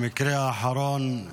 המקרה האחרון,